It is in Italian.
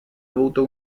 avuto